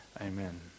amen